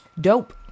Dope